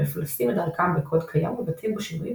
מפלסים את דרכם בקוד קיים ומבצעים בו שינויים,